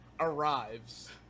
Arrives